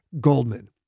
Goldman